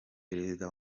perezida